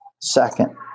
Second